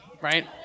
right